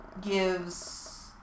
gives